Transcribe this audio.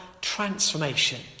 transformation